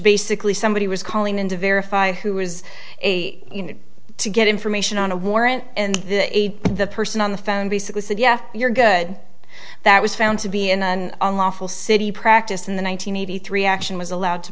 basically somebody was calling into verify who was to get information on a warrant and the person on the phone basically said yes you're good that was found to be in an unlawful city practiced in the one nine hundred eighty three action was allowed to